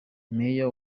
meya